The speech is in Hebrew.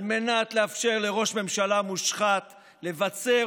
על מנת לאפשר לראש ממשלה מושחת לבצר